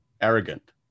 arrogant